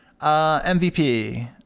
MVP